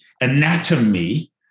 anatomy